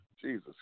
Jesus